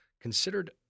considered